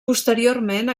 posteriorment